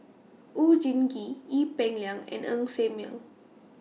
Oon Jin Gee Ee Peng Liang and Ng Ser Miang